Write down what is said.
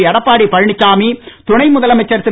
எடப்பாடி பழனிச்சாமி துணை முதலமைச்சர் திரு